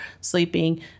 sleeping –